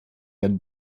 had